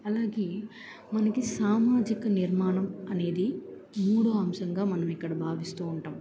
అలాగే మనకి సామాజిక నిర్మాణం అనేది మూడవ అంశంగా మనం ఇక్కడ భావిస్తూ ఉంటాం